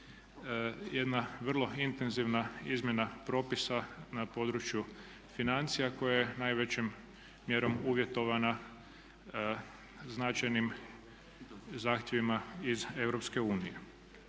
jedna vrlo intenzivna izmjena propisa na području financija koja je najvećom mjerom uvjetovana značajnim zahtjevima iz EU.